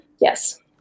Yes